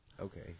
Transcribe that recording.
Okay